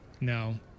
No